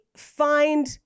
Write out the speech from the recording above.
find